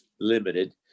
limited